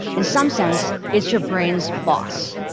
in some sense, it's your brain's boss.